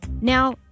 Now